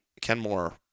Kenmore